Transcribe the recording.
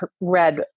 read